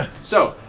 so,